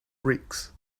bricks